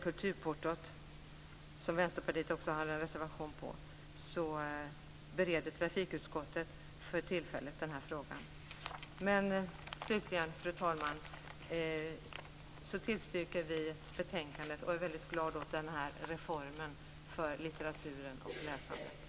Kulturportot, som Vänsterpartiet också har en reservation om, är en fråga som trafikutskottet bereder för tillfället. Slutligen, fru talman, tillstyrker vi betänkandet och är väldigt glada över reformen för litteraturen och läsandet.